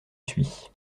suis